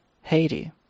Haiti